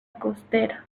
costera